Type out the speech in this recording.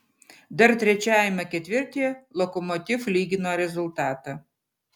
dar trečiajame ketvirtyje lokomotiv lygino rezultatą